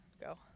go